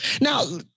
Now